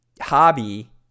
hobby